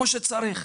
כמו צריך.